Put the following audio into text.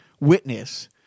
witness